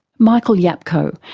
michael yapko,